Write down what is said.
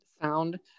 sound